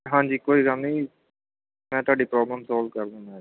ਹਾਂਜੀ ਕੋਈ ਗੱਲ ਨਹੀਂ ਮੈਂ ਤੁਹਾਡੀ ਪ੍ਰੋਬਲਮ ਸੋਲਵ ਕਰ ਦਿੰਦਾ ਜੀ